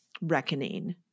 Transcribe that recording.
reckoning